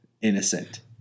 innocent